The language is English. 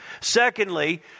Secondly